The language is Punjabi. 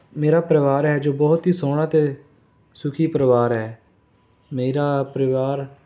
ਮੇਰਾ ਪਰਿਵਾਰ ਹੈ ਜੋ ਬਹੁਤ ਹੀ ਸੋਹਣਾ ਅਤੇ ਸੁਖੀ ਪਰਿਵਾਰ ਹੈ ਮੇਰਾ ਪਰਿਵਾਰ